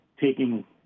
taking